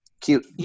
cute